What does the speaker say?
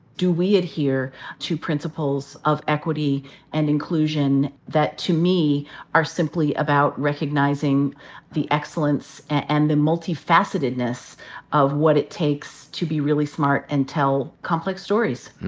do we adhere to principles of equity and inclusion that to me are simply about recognizing the excellence, and the multifacetedness of what it takes to be really smart and tell complex stories?